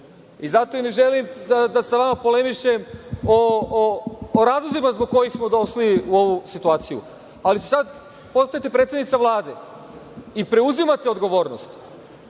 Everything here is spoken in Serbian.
i zato i ne želim da sa vama polemišem o razlozima zbog kojih smo došli u ovu situaciju, ali sada ćete postati predsednica Vlade i preuzimate odgovornost.